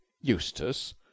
Eustace